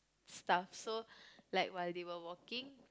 stuffs so like while they were walking